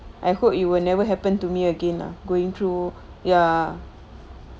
I hope it will never happen to me again ah going through ya